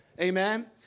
Amen